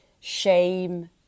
shame